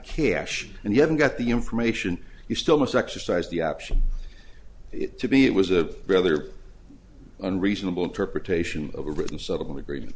cash and you haven't got the information you still must exercise the option to be it was a brother and reasonable interpretation of a written settlement agreement